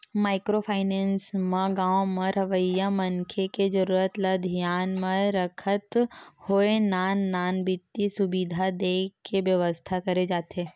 micro finance म गाँव म रहवइया मनखे के जरुरत ल धियान म रखत होय नान नान बित्तीय सुबिधा देय के बेवस्था करे जाथे